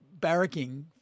barracking